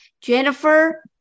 Jennifer